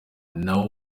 naho